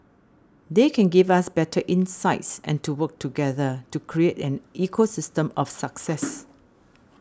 they can give us better insights and to work together to create an ecosystem of success